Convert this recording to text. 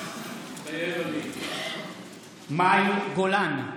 מתחייב אני מאי גולן,